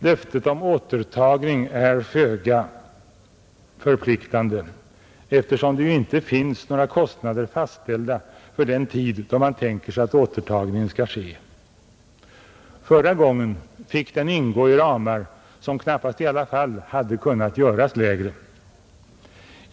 Löftet om återtagning är föga förpliktande, eftersom det inte finns några kostnader fastställda för den tid då man tänker sig att återtagningen skall ske. Förra gången fick den ingå i ramar som knappast i alla fall hade kunnat göras lägre.